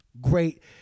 great